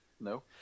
No